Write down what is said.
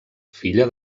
filla